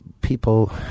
people